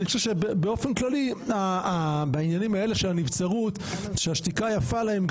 אני חושב באופן כללי בעניינים האלה של הנבצרות שהשתיקה יפה להם,